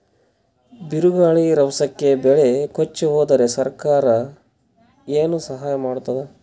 ಬಿರುಗಾಳಿ ರಭಸಕ್ಕೆ ಬೆಳೆ ಕೊಚ್ಚಿಹೋದರ ಸರಕಾರ ಏನು ಸಹಾಯ ಮಾಡತ್ತದ?